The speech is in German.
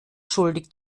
schuldig